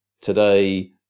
today